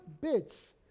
bits